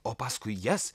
o paskui jas